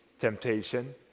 temptation